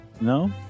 no